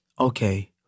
okay